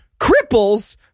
cripples